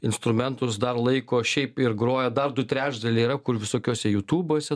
instrumentus dar laiko šiaip ir groja dar du trečdaliai yra kur visokiose jutubuose